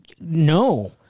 no